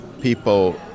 people